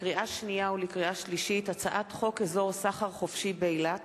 לקריאה שנייה ולקריאה שלישית: הצעת חוק אזור סחר חופשי באילת